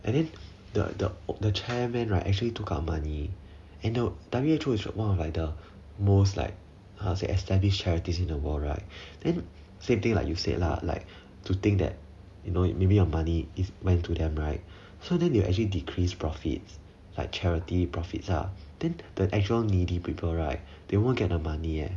and then the the the chairman right actually took out the money and the W_H_O one of like the most like how do I say established charity in the world right then same thing like you said lah like to think that you know maybe your money is meant to them right so then they will actually decreased profits like charity profits ah then the actual needy people right they won't get their money